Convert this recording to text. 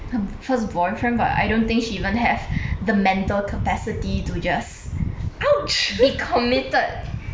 first boyfriend but I don't think she even have the mental capacity to just be committed